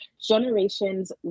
generations